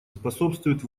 способствует